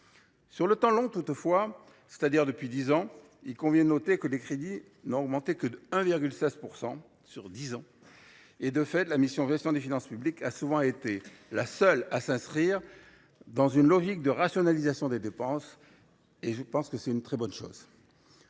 Sur le temps long, toutefois, c’est à dire depuis dix ans, il convient de noter que les crédits n’ont augmenté que de 1,16 %. De fait, la mission « Gestion des finances publiques » a souvent été la seule à s’inscrire dans une logique de rationalisation des dépenses. C’est un effort qu’il convient de